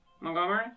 Montgomery